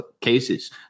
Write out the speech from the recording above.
cases